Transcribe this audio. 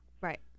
Right